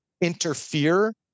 interfere